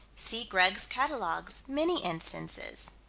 see greg's catalogues many instances.